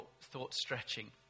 thought-stretching